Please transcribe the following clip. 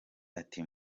ati